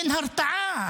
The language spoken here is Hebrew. אין הרתעה,